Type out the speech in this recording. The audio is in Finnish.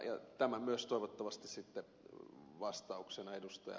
tämä myös toivottavasti sitten vastauksena ed